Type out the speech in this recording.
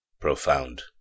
profound